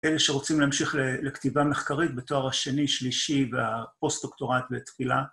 אלה שרוצים להמשיך לכתיבה מחקרית - בתואר השני, שלישי, בפוסט-דוקטורט, בתחילה.